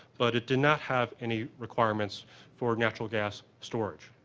but it did not have any requirements for natural gas storage.